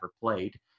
Played